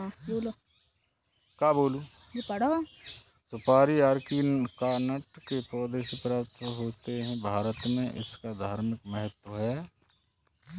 सुपारी अरीकानट के पौधों से प्राप्त होते हैं भारत में इसका धार्मिक महत्व है